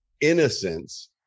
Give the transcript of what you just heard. innocence